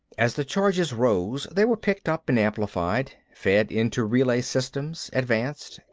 as the charges rose they were picked up and amplified, fed into relay systems, advanced,